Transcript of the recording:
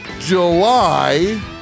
july